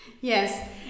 Yes